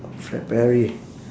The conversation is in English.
fred perry